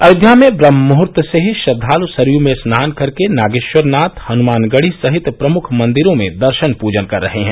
अयोध्या में ब्रहम मुहूर्त से ही श्रद्धालु सरयू में स्नान कर के नागेश्वरनाथ हनुमानगढ़ी सहित प्रमुख मंदिरों में दर्शन पूजन कर रहे हैं